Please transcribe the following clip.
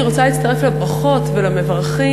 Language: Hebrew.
אני רוצה להצטרף לברכות ולמברכים,